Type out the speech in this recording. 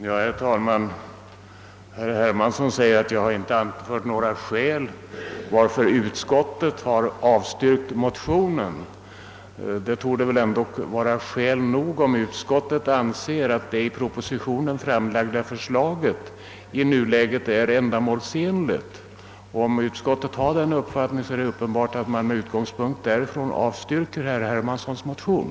Herr talman! Herr Hermansson sade att jag inte har anfört några skäl för att utskottet har avstyrkt motionen. Det torde väl ändock vara skäl nog om utskottet anser att det i propositionen framlagda förslaget i nuläget är ändamålsenligt. Om utskottet har den uppfattningen är det uppenbart att man med utgångspunkt därifrån avstyrker herr Hermanssons motion.